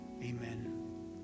amen